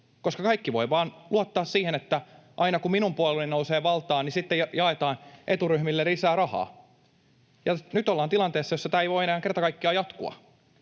koska kaikki voivat vaan luottaa siihen, että ”aina kun minun puolueeni nousee valtaan, niin sitten jaetaan eturyhmille lisää rahaa”. Ja nyt ollaan tilanteessa, jossa tämä ei voi enää kerta kaikkiaan jatkua,